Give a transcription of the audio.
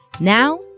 Now